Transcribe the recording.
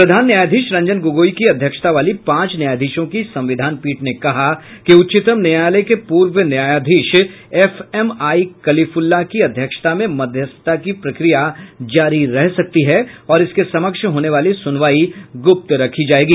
प्रधान न्यायाधीश रंजन गोगोई की अध्यक्षता वाली पांच न्यायाधीशों की संविधान पीठ ने कहा कि उच्चतम न्यायालय के पूर्व न्यायाधीश एफएमआई कलिफुल्ला की अध्यक्षता में मध्यस्थता की प्रक्रिया जारी रह सकती है और इसके समक्ष होने वाली सुनवाई गुप्त रखी जाएगी